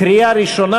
קריאה ראשונה.